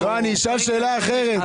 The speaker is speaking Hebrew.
אני אשאל שאלה אחרת,